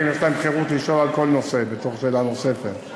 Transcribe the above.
יש להם חירות לשאול על כל נושא בתור שאלה נוספת.